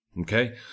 Okay